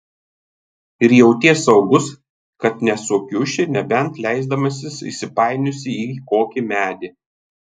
ir jauties saugus kad nesukiuši nebent leisdamasis įsipainiosi į kokį medį